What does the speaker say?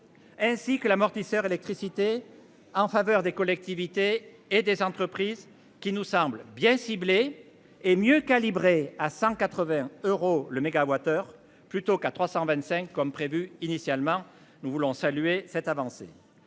Ainsi que l'amortisseur électricité en faveur des collectivités et des entreprises qui nous semble bien ciblés et mieux calibrée à 180 euros le mégawattheure plutôt qu'à 325 comme prévu initialement. Nous voulons saluer cette avancée.